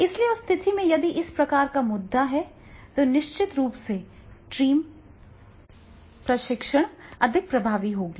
इसलिए उस स्थिति में यदि इस प्रकार का मुद्दा है तो निश्चित रूप से टीम प्रशिक्षण अधिक प्रभावी होगी